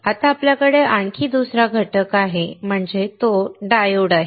आता आपल्याकडे दुसरा घटक आहे आमच्याकडे डायोड आहे